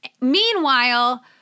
Meanwhile